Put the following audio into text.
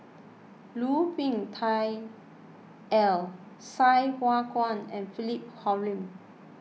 Lu Ming Teh Earl Sai Hua Kuan and Philip Hoalim